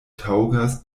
taŭgas